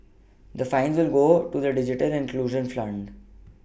the fines will go to the digital inclusion fund